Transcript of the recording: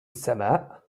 السماء